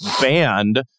banned